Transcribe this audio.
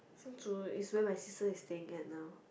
Hsinchu is where my sis is staying at now